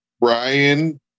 Brian